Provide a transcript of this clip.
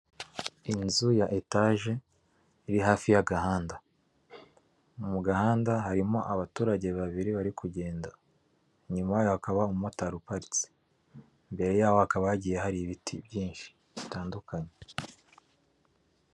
Inzu ya etage iri hafi y'agahanda mu gahanda harimo abaturage babiri bari kugenda, inyuma hakaba hari umumotari uparitse mbere y'aho hakaba hagiye hari ibiti byinshi bitandukanye.